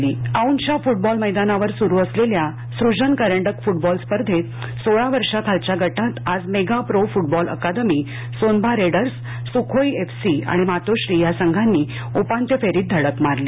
आता क्रीडा वृत्त औधच्या फुटबॉल मैदानावर सुरु असलेल्या सुजन करंडक फुटबॉल स्पर्धेत सोळा वर्षाखालच्या गटात आज mega pro football academy Sonba raiders Sukhoi F C आणि मातोश्री या संघांनी उपांत्य फेरीत धडक मारली